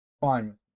fine